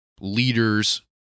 leaders